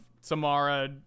Samara